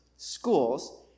schools